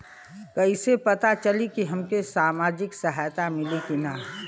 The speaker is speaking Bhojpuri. कइसे से पता चली की हमके सामाजिक सहायता मिली की ना?